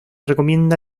recomienda